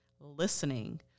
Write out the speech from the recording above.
listening